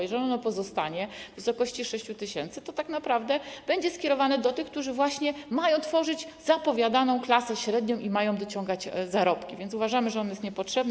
Jeżeli ono pozostanie w wysokości 6 tys., to tak naprawdę będzie skierowane do tych, którzy właśnie mają tworzyć zapowiadaną klasę średnią i mają dociągać zarobki, więc uważamy, że jest on niepotrzebny.